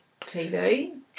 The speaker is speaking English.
TV